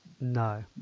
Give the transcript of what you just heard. No